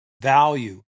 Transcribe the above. value